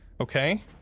okay